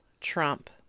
trump